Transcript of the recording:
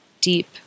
deep